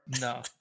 no